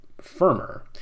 firmer